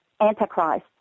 antichrist